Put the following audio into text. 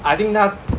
I think 他